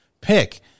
pick